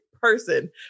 person